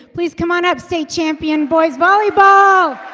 please come on up state champion boys volleyball